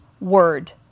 word